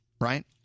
Right